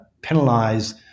penalise